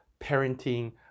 parenting